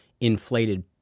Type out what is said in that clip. inflated